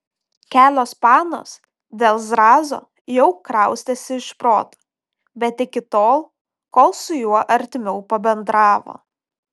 kelios panos dėl zrazo jau kraustėsi iš proto bet iki tol kol su juo artimiau pabendravo